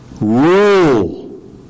rule